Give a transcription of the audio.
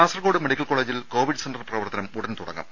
Kasaragod medical കോളജിൽ covid centre പ്രവർത്തനം ഉടൻ തുടങ്ങും